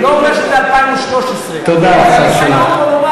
אני לא אומר שזה 2013. תודה, השר שלום.